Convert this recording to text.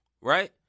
right